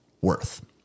worth